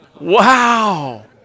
Wow